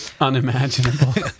unimaginable